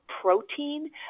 protein